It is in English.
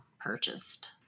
purchased